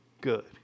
good